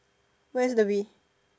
where's the Bee